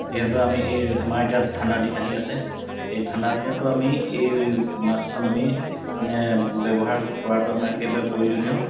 যিহেতু আমি এই আমাৰ এতিয়া ঠাণ্ডাদিন আহি আছে এই ঠাণ্ডাদিনতো আমি এই মাস্কখন আমি মানে ব্যৱহাৰ কৰাটো আমাৰ একেবাৰে প্ৰয়োজনীয়